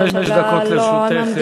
חמש דקות לרשותך.